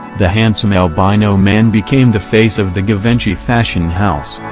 the handsome albino man became the face of the givenchy fashion house.